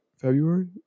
February